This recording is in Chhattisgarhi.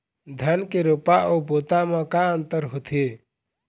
धन के रोपा अऊ बोता म का अंतर होथे?